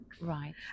right